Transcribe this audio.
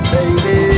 Baby